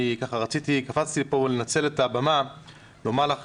אני הגעתי לפה כדי לנצל את הבמה ולומר לך,